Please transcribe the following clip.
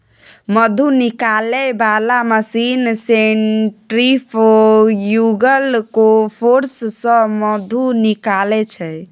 मधु निकालै बला machine centrifugal force सँ मधु निकालै छै